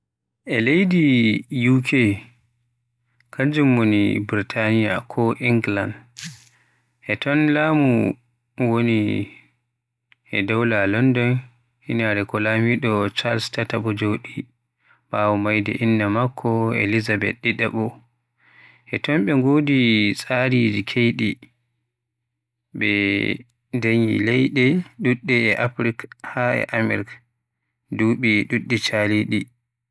E leydi UK kanjum woni Burtaniya ko England, e ton lamu woni e dowla London, inaare ko Lamiɗo Charles tataɓo Joɗi, ɓaawo mayde Inna maakko Elizabeth ɗiɗaɓo. E ton ɓe ngodi tsariji keyɗi, ɓe deeni leyɗe ɗuɗɗe e Afrik haa e Amirk duɓi ɗuɗɗi chaliɗi.